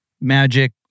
Magic